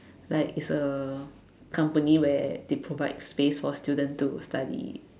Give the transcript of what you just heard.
like it's a company where they provide space for student to study